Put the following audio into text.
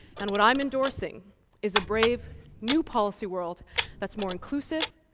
and what i am endorsing is a brave new policy world that's more inclusive,